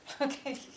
okay